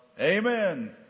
Amen